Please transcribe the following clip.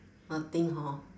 nothing hor